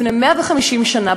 לפני 150 שנה,